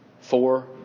four